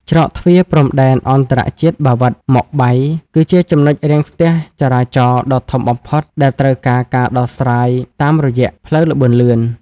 ច្រកទ្វារព្រំដែនអន្តរជាតិបាវិត-ម៉ុកបៃ គឺជាចំណុចរាំងស្ទះចរាចរណ៍ដ៏ធំបំផុតដែលត្រូវការការដោះស្រាយតាមរយៈផ្លូវល្បឿនលឿន។